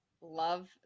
love